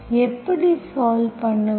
எப்படி சால்வ் பண்ணுவது